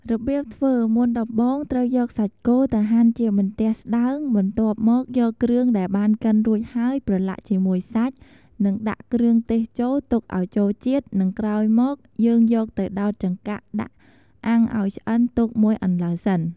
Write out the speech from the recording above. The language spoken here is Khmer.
រប្រៀបធ្វើមុនដំបូងត្រូវយកសាច់គោទៅហាន់ជាបន្ទះស្តើង បន្ទាប់មកយកគ្រឿងដែលបានកិនរួចហើយប្រឡាក់ជាមួយសាច់និងដាក់ គ្រឿងទេសចូល ទុកឲ្យចូលជាតិនិងក្រោយមកយើងយកទៅដោតចង្កាក់ដាក់អាំងឲ្យឆ្អិនទុកមួយអន្លើសិន។